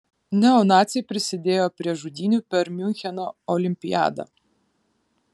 neonaciai prisidėjo prie žudynių per miuncheno olimpiadą